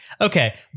Okay